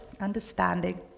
understanding